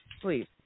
Please